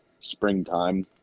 springtime